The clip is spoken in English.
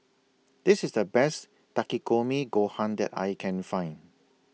This IS The Best Takikomi Gohan that I Can Find